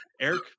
Eric